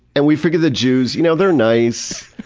and we figured the jews, you know, they're nice.